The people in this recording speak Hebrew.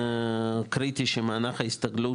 קריטי שמענק ההסתגלות,